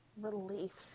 Relief